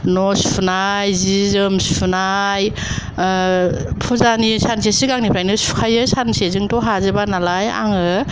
न' सुनाय सि जोम सुनाय फुजानि सानसे सिगांनिफ्रायनो सुखायो सानसेजोंथ' हाजोबा नालाय आङो